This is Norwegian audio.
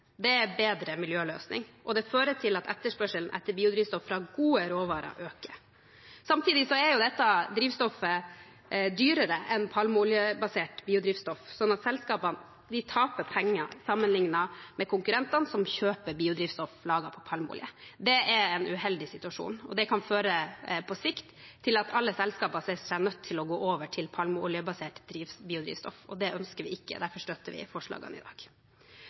Det er en bedre miljøløsning, og det fører til at etterspørselen etter biodrivstoff fra gode råvarer øker. Samtidig er dette drivstoffet dyrere enn palmeoljebasert biodrivstoff, så selskapene taper penger sammenlignet med konkurrentene som kjøper biodrivstoff laget på palmeolje. Det er en uheldig situasjon, og det kan på sikt føre til at alle selskapene ser seg nødt til å gå over til palmeoljebasert biodrivstoff. Det ønsker vi ikke. Derfor støtter vi forslagene i dag.